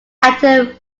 active